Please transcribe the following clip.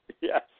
yes